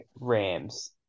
Rams